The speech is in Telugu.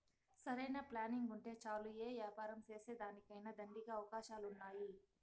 సరైన ప్లానింగుంటే చాలు యే యాపారం సేసేదానికైనా దండిగా అవకాశాలున్నాయి